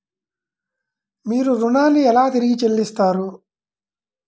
మీరు ఋణాన్ని ఎలా తిరిగి చెల్లిస్తారు?